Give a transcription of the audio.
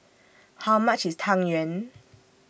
How much IS Tang Yuen